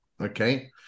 Okay